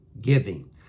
giving